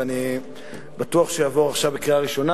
ואני בטוח שהוא יעבור עכשיו בקריאה ראשונה